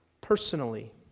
personally